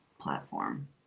platform